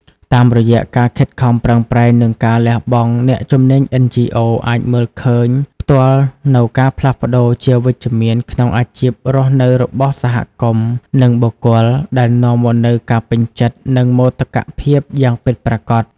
តាមរយៈការខិតខំប្រឹងប្រែង និងការលះបង់ អ្នកជំនាញ NGO អាចមើលឃើញផ្ទាល់នូវការផ្លាស់ប្ដូរជាវិជ្ជមានក្នុងជីវភាពរស់នៅរបស់សហគមន៍ និងបុគ្គល ដែលនាំមកនូវការពេញចិត្ត និងមោទកភាពយ៉ាងពិតប្រាកដ។